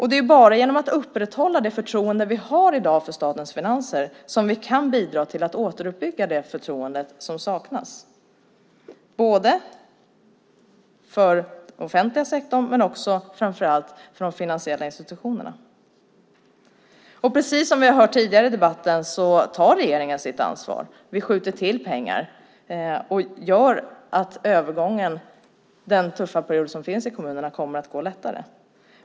Det är bara genom att upprätthålla det förtroende som i dag finns för statens finanser som vi kan bidra till att återuppbygga det förtroende som saknas. Det gäller både den offentliga sektorn och, framför allt, de finansiella institutionerna. Precis som vi har hört tidigare i debatten tar regeringen sitt ansvar. Vi skjuter till pengar, vilket gör att övergången och den tuffa period som kommunerna befinner sig i kommer att gå lättare.